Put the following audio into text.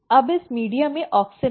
अब इस मीडिया में ऑक्सिन है